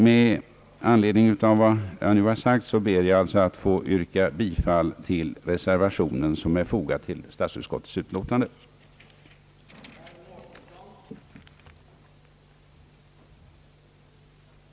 Med anledning av vad jag nu har sagt ber jag att få yrka bifall till reservationen 1, som är fogad till statsutskottets utlåtande nr 119.